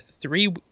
three